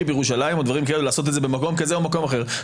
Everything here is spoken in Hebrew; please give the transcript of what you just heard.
בירושלים לעשות את זה במקום כזה או מקום אחר,